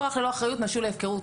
כוח ללא אחריות משול להפקרות.